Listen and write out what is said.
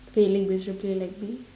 failing miserably like me